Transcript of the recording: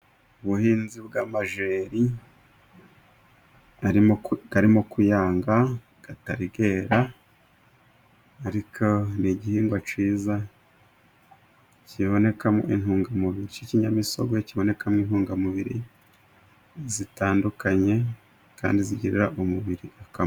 Ubuhinzi bw'amajeri arimo kuyanga atari yera ariko ni igihingwa cyiza kibonekamo intungamubiri, k'ikinyamisogwe kibonekamo intungamubiri zitandukanye kandi zigirira umubiri akamaro.